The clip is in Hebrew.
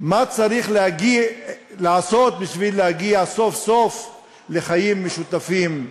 מה צריך לעשות בשביל להגיע סוף-סוף לחיים משותפים שווים,